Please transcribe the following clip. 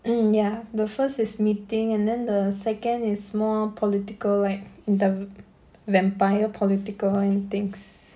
mm ya the first is meeting and then the second is more political like in the vampire political and things